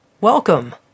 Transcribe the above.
welcome